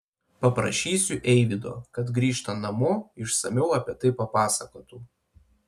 paprašysiu eivydo kad grįžtant namo išsamiau apie tai papasakotų